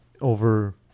over